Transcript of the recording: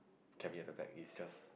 can be at the back it just